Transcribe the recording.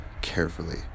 carefully